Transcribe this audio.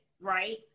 Right